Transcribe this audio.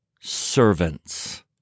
servants